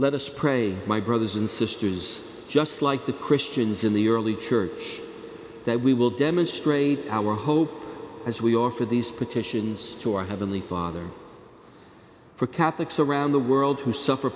let us pray my brothers and sisters just like the christians in the early church that we will demonstrate our hope as we offer these petitions to our heavenly father for catholics around the world who suffer